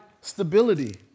stability